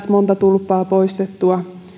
monta tulppaa poistettua